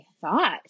thought